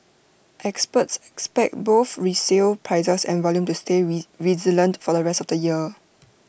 experts expect both resale prices and volume to stay resilient for the rest of the year